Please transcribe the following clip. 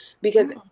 because-